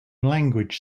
language